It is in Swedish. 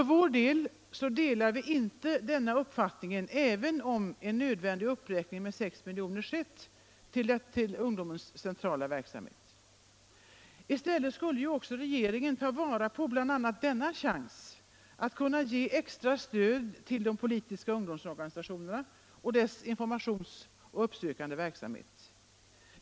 Vänsterpartiet kommunisterna delar inte denna uppfattning även om en nödvändig uppräkning med 6 milj.kr. skett till ungdomsorganisationernas centrala verksamhet. I stället skulle ju också regeringen ta vara på bl.a. denna chans att kunna ge ett extra stöd till de politiska ungdomsorganisationerna och deras informationsverksamhet och uppsökande verksamhet.